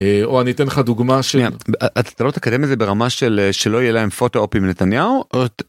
אני אתן לך דוגמא שלהם אתה לא תקדם את זה ברמה של שלא יהיה להם פוטו אופי מנתניהו.